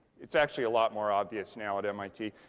it's actually a lot more obvious now at mit.